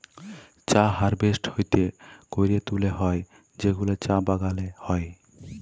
চা হারভেস্ট হ্যাতে ক্যরে তুলে হ্যয় যেগুলা চা বাগালে হ্য়য়